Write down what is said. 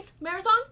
marathon